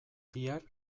bihar